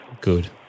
Good